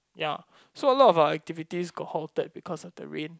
ya so a lot of activities got halted because of the rain